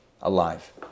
Alive